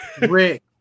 Rick